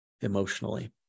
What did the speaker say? emotionally